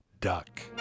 duck